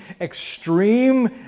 extreme